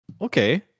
Okay